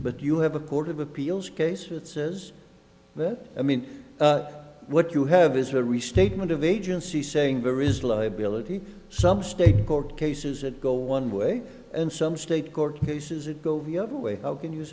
but you have a court of appeals case it says that i mean what you have is a restatement of agency saying there is liability some state court cases that go one way and some state court cases it go via other way how can you